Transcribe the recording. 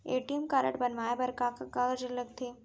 ATM card बनवाये बर का का कागज लगथे?